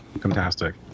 fantastic